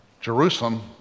Jerusalem